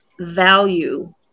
value